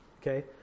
Okay